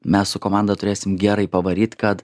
mes su komanda turėsim gerai pavaryt kad